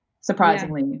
surprisingly